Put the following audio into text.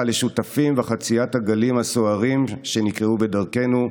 לשותפים בחציית הגלים הסוערים שנקרו בדרכנו.